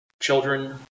children